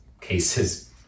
cases